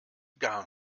gar